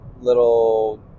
little